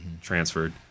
transferred